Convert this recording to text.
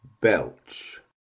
belch